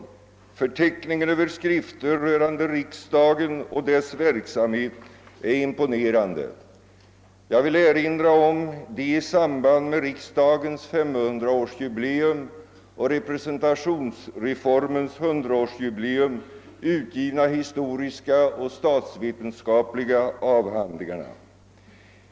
Förteckningen över skrifter rörande riksdagen och dess verksamhet är imponerande. Jag vill erinra om de i samband med riksdagens 500-årsjubileum och representationsreformens 100-årsjubileum utgivna historiska och statsvetenskapliga avhandlingarna.